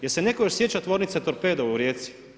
Jel' se netko još sjeća tvornice torpeda u Rijeci?